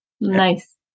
nice